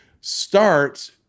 Start